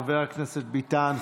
חבר הכנסת ביטן,